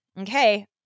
Okay